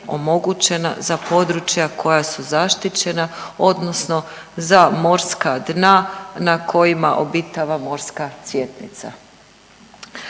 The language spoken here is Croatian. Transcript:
za područja koja su zaštićena odnosno za morska dna na kojima obitava morska cvjetnica.